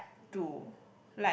to